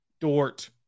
Dort